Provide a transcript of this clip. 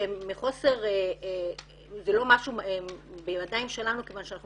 שהם מחוסר, זה לא משהו בידיים שלנו מכוון שאנחנו